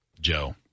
Joe